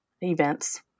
events